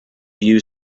view